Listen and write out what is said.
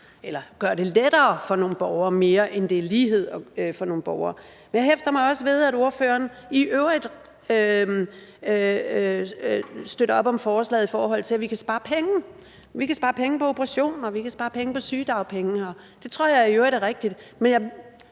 at gøre det lettere for nogle borgere, end det er lighed for nogle borgere. Jeg hæfter mig også ved, at ordføreren i øvrigt støtter op om forslaget, i forhold til at vi kan spare penge. Vi kan spare penge på operationer, vi kan spare penge på sygedagpenge, og det tror jeg i øvrigt er rigtigt.